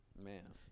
Man